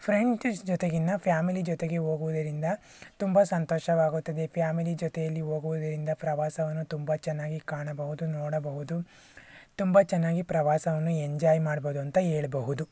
friends ಜೊತೆಗಿಂತ family ಜೊತೆಗೆ ಹೋಗುವುದರಿಂದ ತುಂಬ ಸಂತೋಷವಾಗುತ್ತದೆ ಫ್ಯಾಮಿಲಿ ಜೊತೆಯಲ್ಲಿ ಹೋಗುವುದರಿಂದ ಪ್ರವಾಸವನ್ನು ತುಂಬ ಚೆನ್ನಾಗಿ ಕಾಣಬಹುದು ನೋಡಬಹುದು ತುಂಬ ಚೆನ್ನಾಗಿ ಪ್ರವಾಸವನ್ನು ಎಂಜಾಯ್ ಮಾಡ್ಬೌದು ಅಂತ ಹೇಳ್ಬಹುದು